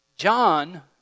John